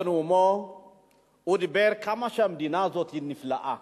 בנאומו הוא אמר כמה שהמדינה הזאת נפלאה.